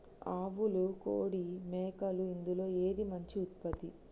ఆవులు కోడి మేకలు ఇందులో ఏది మంచి ఉత్పత్తి?